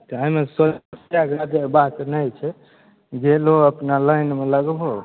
की हइ ने बात नहि छै गेलहो अपना लाइनमे लगबहु